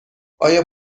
آیا